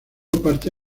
parte